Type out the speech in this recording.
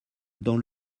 dans